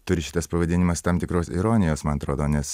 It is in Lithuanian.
turi šitas pavadinimas tam tikros ironijos man atrodo nes